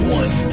one